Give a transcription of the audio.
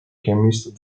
chemist